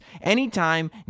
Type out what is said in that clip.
Anytime